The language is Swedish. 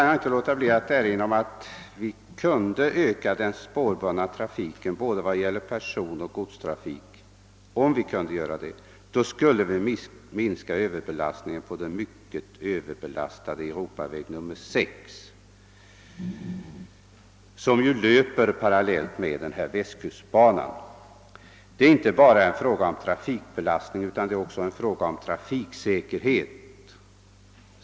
Jag vill hävda att om vi kunde öka den spårbundna trafiken för såväl personsom godsbefordran, skulle vi därmed också minska överbelastningen på den mycket hårt utnyttjade Europaväg 6, som löper parallellt med västkustbanan. Detta är inte bara en fråga om trafikbelastning utan också en fråga om trafiksäkerhet.